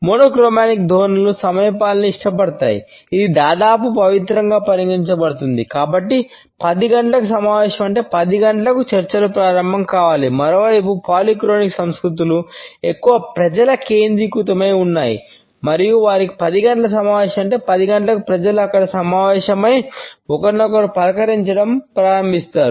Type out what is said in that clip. monochronic సంస్కృతులు ఎక్కువ ప్రజల కేంద్రీకృతమై ఉన్నాయి మరియు వారికి 10 గంటలకు సమావేశం అంటే 10 గంటలకు ప్రజలు అక్కడ సమావేశమై ఒకరినొకరు పలకరించడం ప్రారంభిస్తారు